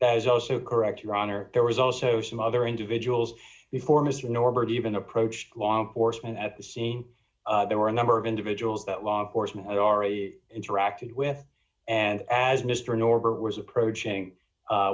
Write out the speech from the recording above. that is also correct your honor there was also some other individuals before mr norbert even approached law enforcement at the scene there were a number of individuals that law enforcement or a interacted with and as mr norbert was approaching